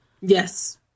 Yes